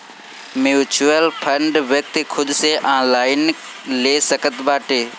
mutual fund व्यक्ति खुद से ऑनलाइन ले सकत बाटे